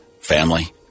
family